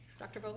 dr. vogel?